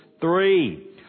Three